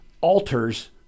alters